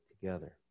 together